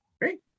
great